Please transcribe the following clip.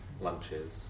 lunches